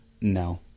no